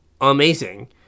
amazing